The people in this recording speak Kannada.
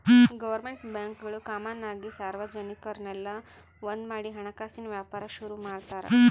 ಗೋರ್ಮೆಂಟ್ ಬ್ಯಾಂಕ್ಗುಳು ಕಾಮನ್ ಆಗಿ ಸಾರ್ವಜನಿಕುರ್ನೆಲ್ಲ ಒಂದ್ಮಾಡಿ ಹಣಕಾಸಿನ್ ವ್ಯಾಪಾರ ಶುರು ಮಾಡ್ತಾರ